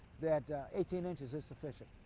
then eighteen inches is sufficient.